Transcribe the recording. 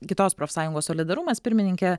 kitos profsąjungos solidarumas pirmininke